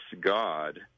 God